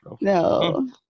No